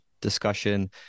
discussion